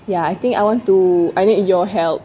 ya I think I want to I need your help